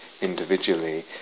individually